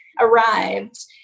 arrived